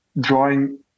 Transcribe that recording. drawing